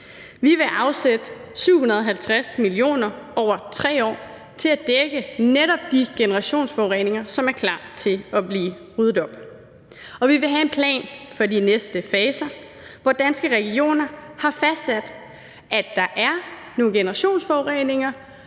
Vi vil afsætte 750 mio. kr. over 3 år til at dække netop de generationsforureninger, som er klar til at blive ryddet op. Og vi vil have en plan for de næste faser, hvor Danske Regioner har fastsat, at der er nogle generationsforureninger,